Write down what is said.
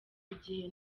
igihe